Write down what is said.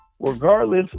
regardless